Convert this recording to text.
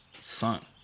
Son